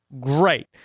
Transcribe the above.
Great